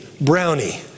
Brownie